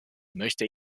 möchte